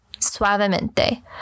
suavemente